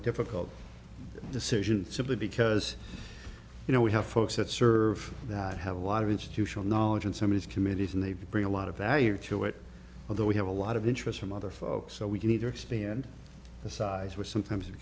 difficult decision simply because you know we have folks that serve that have a lot of institutional knowledge and some of these committees and they bring a lot of value to it although we have a lot of interest from other folks so we can either expand the size which sometimes